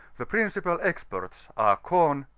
the principal ezjports are com,